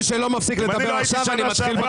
אם אני לא הייתי בשנה שעברה,